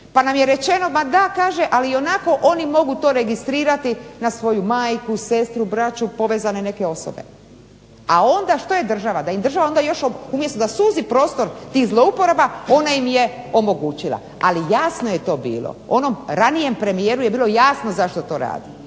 pa nam je rečeno ma da ali ionako oni mogu to registrirati na svoju majku, sestru, braću, povezane neke osobe. A onda što je država, da im država umjesto da suzi prostor tih zlouporaba ona im je omogućila. Ali jasno je to bilo, onom ranijem premijeru je bilo jasno zašto to radi,